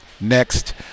Next